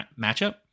matchup